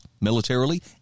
militarily